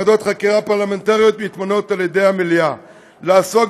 ועדות חקירה פרלמנטריות מתמנות על ידי המליאה לעסוק